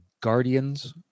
Guardians